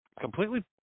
completely